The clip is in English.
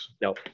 no